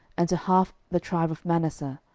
and to half the tribe of manasseh,